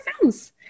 films